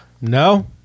No